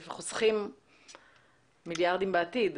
וחוסכים מיליארדים של נזקים בעתיד.